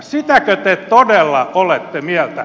sitäkö te todella olette mieltä